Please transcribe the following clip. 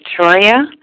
Victoria